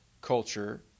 culture